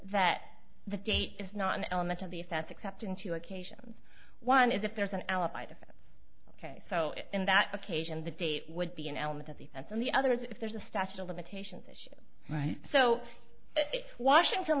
that the date is not an element of the if that's except in two occasions one is if there's an alibi to ok so in that occasion the date would be an element of the that's on the other if there's a statute of limitations issue right so washington